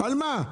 על מה?